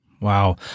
Wow